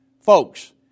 Folks